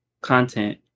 content